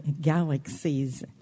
galaxies